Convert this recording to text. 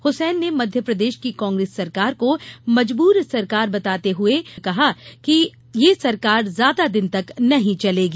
हुसैन ने मध्यप्रदेश की कांग्रेस सरकार को मजबूर सरकार बताते हुए कहा कि ये सरकार ज्यादा दिन तक नहीं चलेगी